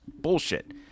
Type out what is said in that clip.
Bullshit